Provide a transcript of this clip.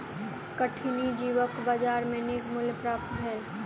कठिनी जीवक बजार में नीक मूल्य प्राप्त भेल